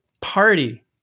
Party